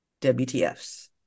WTFs